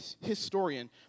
historian